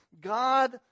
God